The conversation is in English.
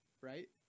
Right